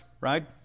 right